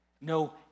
no